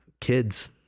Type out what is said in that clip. kids